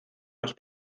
los